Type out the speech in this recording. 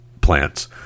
plants